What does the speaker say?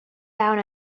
down